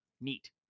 Neat